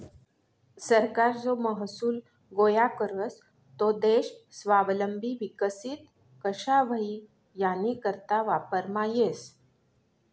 सरकार जो महसूल गोया करस तो देश स्वावलंबी विकसित कशा व्हई यानीकरता वापरमा येस